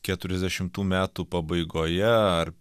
keturiasdešimų metų pabaigoje ar